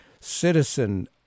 citizen